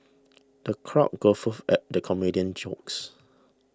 the crowd guffawed at the comedian's jokes